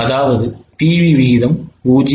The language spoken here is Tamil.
அதாவது PV விகிதம் 0